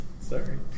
Sorry